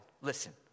Listen